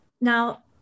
Now